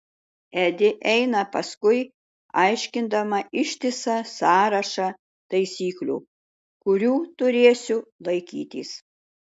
edi eina paskui aiškindama ištisą sąrašą taisyklių kurių turėsiu laikytis